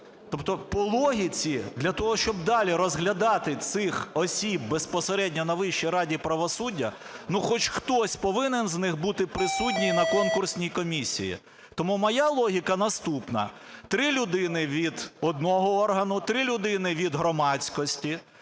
Тобто по логіці для того, щоб далі розглядати цих осіб безпосередньо на Вищій раді правосуддя, хоч хтось повинен з них бути присутній на конкурсній комісії? Тому моя логіка наступна: 3 людини – від одного органу, 3 людини – від громадськості,